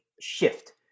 shift